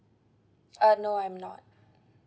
uh no I'm not